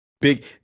Big